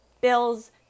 bills